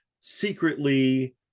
secretly